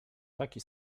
taki